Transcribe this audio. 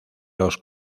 los